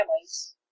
families